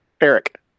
Eric